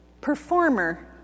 performer